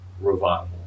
revival